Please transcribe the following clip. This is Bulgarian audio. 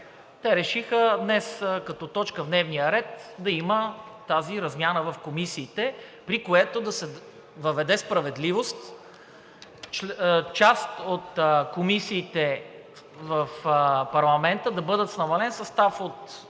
те решиха днес като точка в дневния ред да има тази размяна в комисиите, при което да се въведе справедливост – част от комисиите в парламента да бъдат с намален състав,